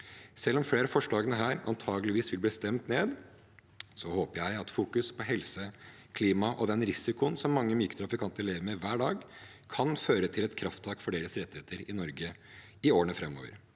Selv om flere av forslagene her antageligvis vil bli stemt ned, håper jeg at fokus på helse, klima og den risikoen som mange myke trafikanter lever med hver dag, kan føre til et krafttak for deres rettigheter i Norge i årene framover.